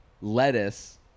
lettuce